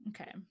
Okay